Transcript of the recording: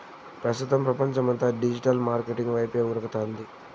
ప్రస్తుతం పపంచమంతా digital market వైపే ఉరకతాంది